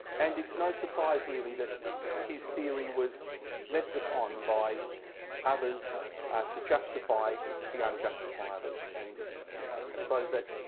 and it's no surprise, really, that his theory was leapt upon by others to justify the unjustifiable. and i suppose that